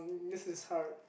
this is hard